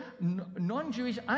non-Jewish